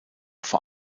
vor